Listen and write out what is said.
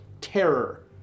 terror